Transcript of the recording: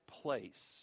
place